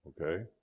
okay